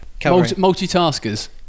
Multitaskers